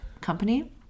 company